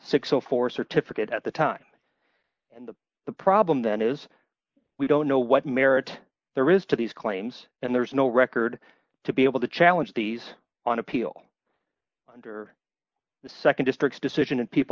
six o four certificate at the time and the problem then is we don't know what merit there is to these claims and there is no record to be able to challenge these on appeal under the nd district's decision and people